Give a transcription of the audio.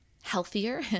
healthier